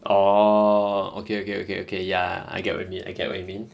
orh okay okay okay okay ya I get what you mean I get what you mean